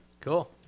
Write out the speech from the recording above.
cool